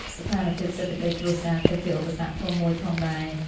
ស្ថានភាពសេដ្ឋកិច្ចគ្រួសារក៏ជាឧបសគ្គធំមួយផងដែរ។